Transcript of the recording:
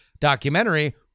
documentary